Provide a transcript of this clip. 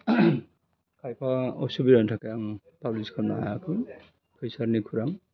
खायफा असुबिदानि थाखाय आं पाब्लिस खालामनो हायाखैमोन फैसानि खुरां